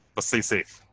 stay safe.